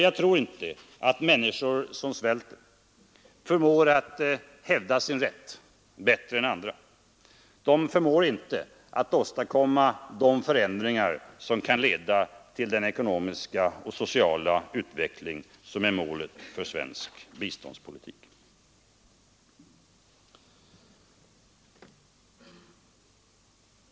Jag tror inte att människor som svälter förmår att hävda sin rätt bättre än andra, de förmår inte åstadkomma de förändringar som kan leda till den ekonomiska rättvisa och sociala utveckling som är målet för svensk biståndspolitik.